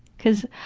because